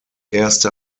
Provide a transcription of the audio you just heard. erste